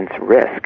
risk